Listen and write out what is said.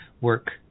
work